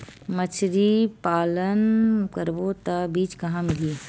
मछरी पालन करबो त बीज कहां मिलही?